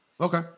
okay